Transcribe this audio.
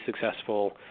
successful